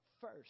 first